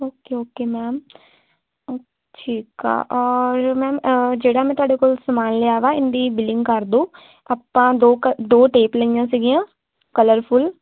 okay okay ma'am ਠੀਕ ਆ ਔਰ ਮੈਮ ਜਿਹੜਾ ਮੈਂ ਤੁਹਾਡੇ ਕੋਲ ਸਮਾਨ ਲਿਆ ਵਾ ਇਹਦੀ ਬਿਲਿੰਗ ਕਰ ਦਓ ਆਪਾਂ ਦੋ ਕੁ ਦੋ ਟੇਪ ਲਈਆਂ ਸੀਗੀਆਂ ਕਲਰਫੁੱਲ